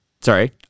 sorry